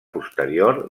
posterior